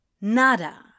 Nada